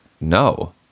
No